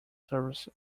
service